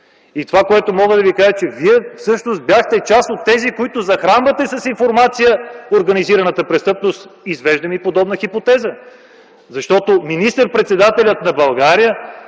И това, което мога да ви кажа, е, че вие всъщност бяхте част от тези, които захранвахте с информация организираната престъпност. Извеждам и подобна хипотеза. Защото министър-председателят на България